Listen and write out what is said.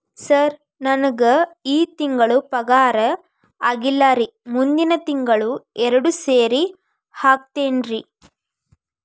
sir ನಂಗ ಈ ತಿಂಗಳು ಪಗಾರ ಆಗಿಲ್ಲಾರಿ ಮುಂದಿನ ತಿಂಗಳು ಎರಡು ಸೇರಿ ಹಾಕತೇನ್ರಿ